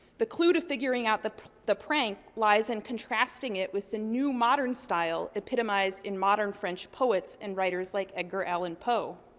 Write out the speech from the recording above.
the clue to figuring out the the prank lies in contrasting it with the new, modern style epitomized in modern french poets and writers like edgar allen poe.